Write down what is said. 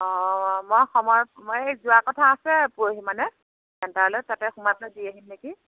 অঁ মই সময় মই এই যোৱা কথা আছে পৰহি মানে চেণ্টাৰলৈ তাতে সোমাই পেলাই দি আহিম নেকি